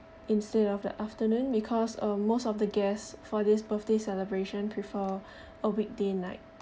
instead of the afternoon because uh most of the guests for this birthday celebration prefer a weekday night